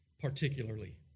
particularly